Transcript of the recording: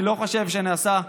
אני לא חושב שנעשה,